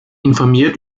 informiert